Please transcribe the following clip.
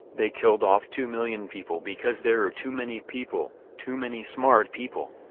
they killed off two million people because there're too many people, too many smart people.